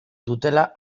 dutela